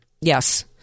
Yes